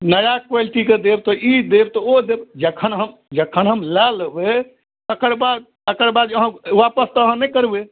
नया क्वालिटीके देब तऽ ई देब तऽ ओ देब जखन हम जखन हम लऽ लेबै तकरबाद तकरबाद अहाँ आपस तऽ अहाँ नहि करबै